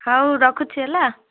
ହଉ ରଖୁଛି ହେଲା